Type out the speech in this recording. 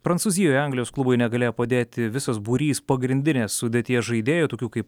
prancūzijoje anglijos klubui negalėjo padėti visas būrys pagrindinės sudėties žaidėjų tokių kaip